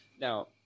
Now